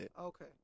Okay